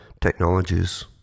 technologies